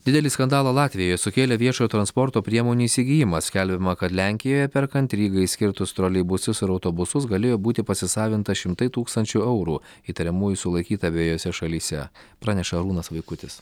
didelį skandalą latvijoje sukėlė viešojo transporto priemonių įsigijimas skelbiama kad lenkijoje perkant rygai skirtus troleibusus ir autobusus galėjo būti pasisavinta šimtai tūkstančių eurų įtariamųjų sulaikyta abiejose šalyse praneša arūnas vaikutis